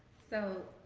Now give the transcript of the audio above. so,